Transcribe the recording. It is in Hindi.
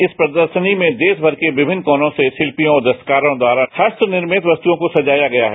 इस प्रदर्शनी में देशमर के विमिन्न कोनों से शिल्पियों और दस्तकारों द्वारा हस्त निर्मित क्स्तुओं को सजाया गया है